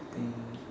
I think